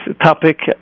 topic